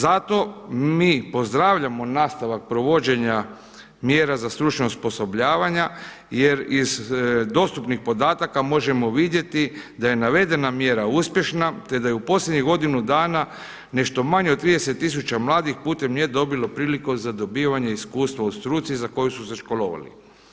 Zato mi pozdravljamo nastavak provođenja mjera za stručno osposobljavanje jer iz dostupnih podataka možemo vidjeti da je navedena mjera uspješna te da je u posljednjih godinu dana nešto manje od 30 tisuća mladih putem nje dobilo priliku za dobivanje iskustva u struci za koju su se školovali.